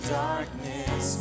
darkness